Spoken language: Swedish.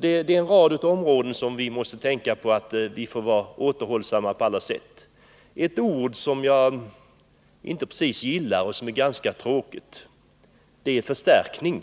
Det är alltså en rad områden där vi måste tänka på att vara återhållsamma på alla sätt. Ett ord som jag inte precis gillar och som är ganska tråkigt är ”förstärkning”.